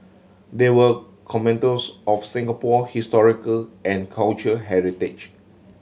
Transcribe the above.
they were of Singapore historical and cultural heritage